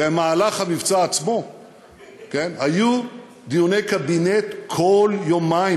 במהלך המבצע עצמו היו דיוני קבינט כל יומיים.